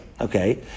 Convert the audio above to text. Okay